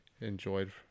enjoyed